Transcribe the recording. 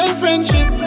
friendship